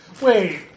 Wait